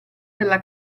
della